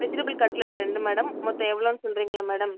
vegetable cutlet ரெண்டு madam மொத்தம் எவ்வளோன்னு சொல்லுறீங்களா மேடம்